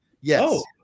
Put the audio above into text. Yes